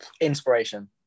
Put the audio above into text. Inspiration